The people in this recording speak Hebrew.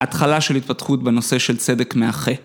התחלה של התפתחות בנושא של צדק מאחה.